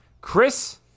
Chris